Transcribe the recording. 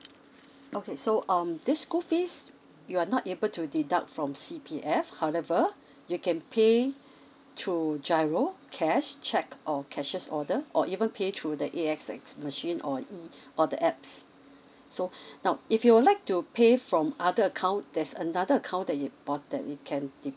okay so um this school fees you're not able to deduct from C P F however you can pay through giro cash cheque or cashiers order or even pay through that A X S machine or E or the apps so now if you would like to pay from other account there's another account that you you can